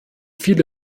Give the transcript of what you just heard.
viele